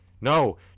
No